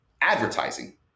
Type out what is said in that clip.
advertising